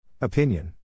Opinion